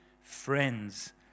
friends